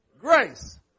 Grace